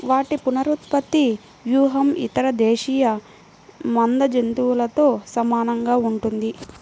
వాటి పునరుత్పత్తి వ్యూహం ఇతర దేశీయ మంద జంతువులతో సమానంగా ఉంటుంది